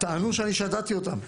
טענו ששדדתי אותם.